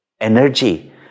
energy